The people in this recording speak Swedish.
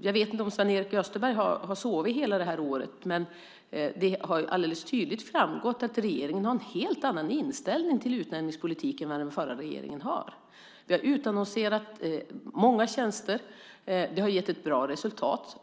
Jag vet inte om Sven-Erik Österberg har sovit hela det här året men det har alldeles tydligt framgått att regeringen har en helt annan inställning till utnämningspolitiken än den förra regeringen hade. Vi har utannonserat många tjänster. Det har gett bra resultat.